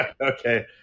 Okay